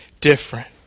different